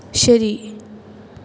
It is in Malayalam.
ശരി